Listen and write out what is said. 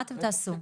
מה אתם תעשו?